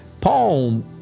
Paul